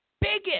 biggest